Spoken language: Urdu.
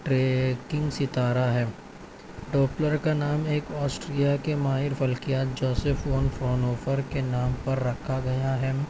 ٹریکنگ ستارہ ہے ڈوپلر کا نام ایک آسٹریلیا کے ماہر فلکیات جوسف وان فرون ہوفر کے نام پر رکھا گیا ہے